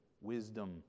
wisdom